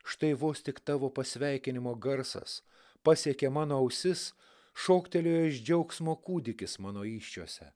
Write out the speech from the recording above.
štai vos tik tavo pasveikinimo garsas pasiekė mano ausis šoktelėjo iš džiaugsmo kūdikis mano įsčiose